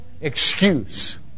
excuse